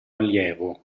allievo